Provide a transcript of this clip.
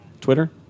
Twitter